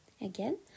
Again